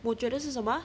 我觉得是什么